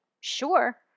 Sure